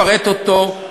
לפרט אותו,